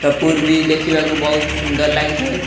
ତ ପୁରୀ ବି ଦେଖିବାକୁ ବହୁତ ସୁନ୍ଦର ଲାଗିଥାଏ